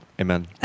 Amen